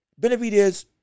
Benavidez